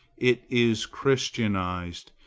it is christianized,